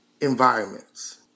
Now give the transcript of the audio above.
environments